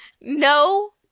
No